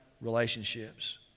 relationships